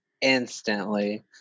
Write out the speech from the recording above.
instantly